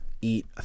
eat